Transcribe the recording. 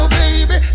baby